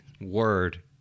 word